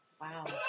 Wow